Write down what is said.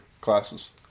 classes